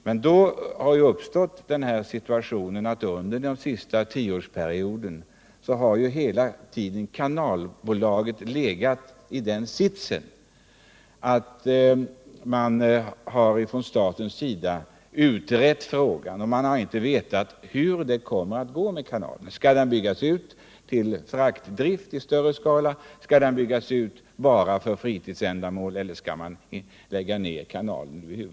Men under den senaste tioårsperioden har kanalbolaget befunnit sig i den situationen att staten har hållit på att utreda frågan om kanalens framtid, och man har inte vetat hur det skulle komma att gå med kanalen. Skall den byggas ut till fraktdrift i större skala, skall den byggas ut för fritidsändamål eller skall man lägga ner den?